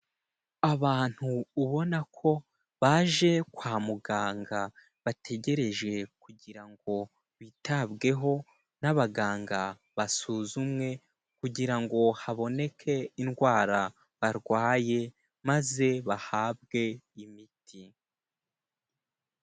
Abantu ubona ko baje kwa muganga, bategereje kugira ngo bitabweho n'abaganga, basuzumwe kugira ngo haboneke indwara arwaye maze bahabwe imiti.